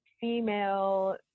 female